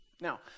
Now